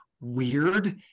weird